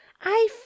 I